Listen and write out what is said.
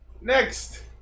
Next